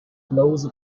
flows